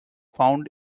found